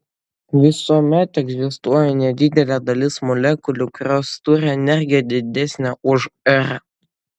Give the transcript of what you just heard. visuomet egzistuoja nedidelė dalis molekulių kurios turi energiją didesnę už r